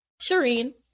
shireen